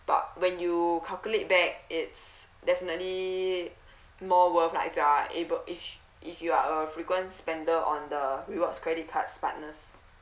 but when you calculate back it's definitely more worth lah if you are able if if you are a frequent spender on the rewards credit card's partners